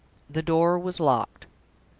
the door was locked.